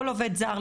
כל עובד זר,